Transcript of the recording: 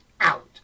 out